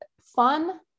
fun